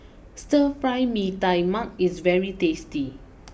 Stir Fry Mee Tai Mak is very tasty